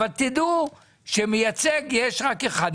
אבל תדעו שמייצג יש רק אחד.